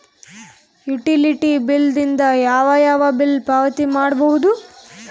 Utility bill ದಿಂದ ಯಾವ ಯಾವ ಬಿಲ್ ಪಾವತಿ ಮಾಡಬಹುದು?